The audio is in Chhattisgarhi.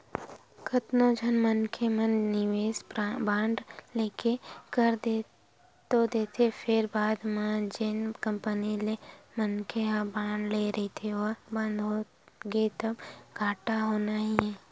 कतको झन मनखे मन निवेस बांड लेके कर तो देथे फेर बाद म जेन कंपनी ले मनखे ह बांड ले रहिथे ओहा बंद होगे तब घाटा होना ही हे